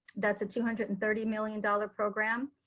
that's a two hundred and thirty million dollar program,